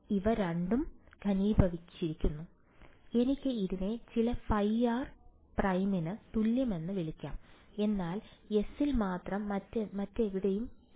അതിനാൽ ഇവ രണ്ടും ഘനീഭവിച്ചിരിക്കുന്നു എനിക്ക് ഇതിനെ ചില ഫൈ ആർ പ്രൈമിന് തുല്യമെന്ന് വിളിക്കാം എന്നാൽ എസ് ൽ മാത്രം മറ്റെവിടെയും ശരിയല്ല